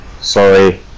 Sorry